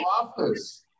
office